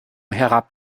herab